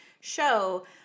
show